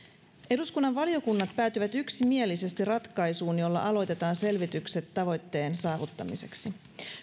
eduskunnan valiokunnat päätyivät yksimielisesti ratkaisuun jolla aloitetaan selvitykset tavoitteen saavuttamiseksi